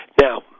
Now